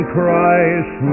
Christ